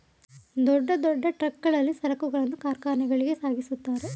ದೊಡ್ಡ ದೊಡ್ಡ ಟ್ರಕ್ ಗಳಲ್ಲಿ ಸರಕುಗಳನ್ನು ಕಾರ್ಖಾನೆಗಳಿಗೆ ಸಾಗಿಸುತ್ತಾರೆ